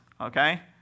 okay